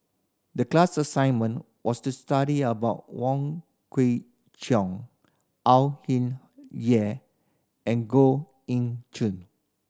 the class assignment was to study about Wong Kwei Cheong Au Hing Yeh and Goh Eng Choo